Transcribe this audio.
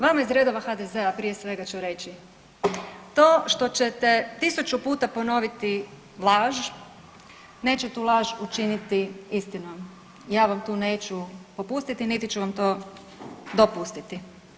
Vama iz redova HDZ-a prije svega ću reći, to što ćete tisuću puta ponoviti laž neće tu laž učiniti istinom, ja vam tu neću popustiti niti ću vam to dopustiti.